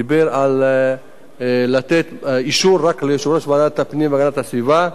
דיבר על אישור רק ליושב-ראש ועדת הפנים והגנת הסביבה,